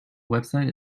website